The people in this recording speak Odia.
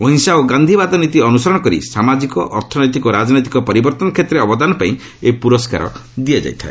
ଅହିଂସା ଓ ଗାନ୍ଧିବାଦ ନିତୀ ଅନୁସରଣ କରି ସାମାଜିକ ଅର୍ଥନୈତିକ ଓ ରାଜନୈତିକ ପରିବର୍ତ୍ତନ କ୍ଷେତ୍ରରେ ଅବଦାନ ପାଇଁ ଏହି ପୁରସ୍କାର ଦିଆଯାଇଥାଏ